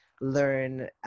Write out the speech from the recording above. learn